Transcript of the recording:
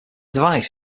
device